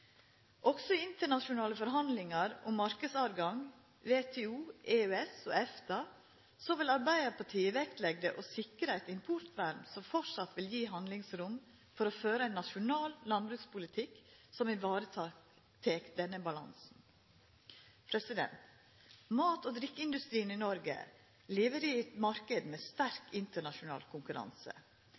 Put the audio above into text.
Også i internasjonale forhandlingar om marknadstilhøve gjennom WTO, EØS og EFTA vil Arbeidarpartiet vektleggja å sikra eit importvern som framleis vil gi handlingsrom til å føra ein nasjonal landbrukspolitikk som tek vare på denne balansen. Mat- og drikkeindustrien i Noreg lever i ein marknad med sterk internasjonal konkurranse.